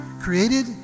created